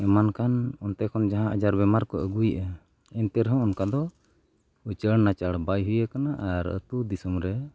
ᱮᱢᱟᱱ ᱠᱟᱱ ᱚᱱᱛᱮ ᱠᱷᱚᱱ ᱡᱟᱦᱟᱸ ᱟᱡᱟᱨ ᱵᱤᱢᱟᱨ ᱠᱚ ᱟᱹᱜᱩᱭᱮᱫᱼᱟ ᱮᱱᱛᱮ ᱨᱮᱦᱚᱸ ᱚᱱᱠᱟ ᱫᱚ ᱩᱪᱟᱹᱲᱼᱱᱟᱪᱟᱲ ᱵᱟᱭ ᱦᱩᱭ ᱟᱠᱟᱱᱟ ᱟᱨ ᱟᱛᱳᱼᱫᱤᱥᱚᱢᱨᱮ